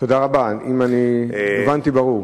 תודה רבה אם הובנתי ברור.